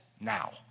now